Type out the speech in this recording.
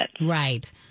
Right